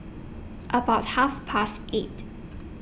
about Half Past eight